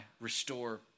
restore